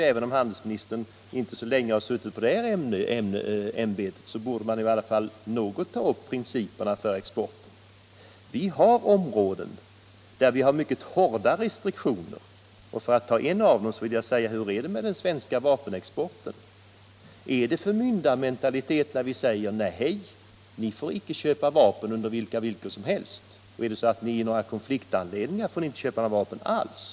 Även om handelsministern inte suttit så länge i det här ämbetet, borde han i alla fall något ha tagit upp principerna för exporten. Det finns områden där vi har mycket hårda restriktioner. Hur är det t.ex. med den svenska vapenexporten? Är det förmyndarmentalitet när vi säger till ett land: Ni får inte köpa vapen under vilka villkor som helst, och befinner ni er i en konflikt får ni inte köpa några vapen alls!